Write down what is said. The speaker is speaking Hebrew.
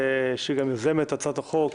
שהיא גם יוזמת הצעת החוק,